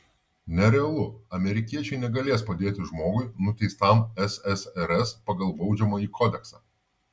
nerealu amerikiečiai negalės padėti žmogui nuteistam ssrs pagal baudžiamąjį kodeksą